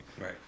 Right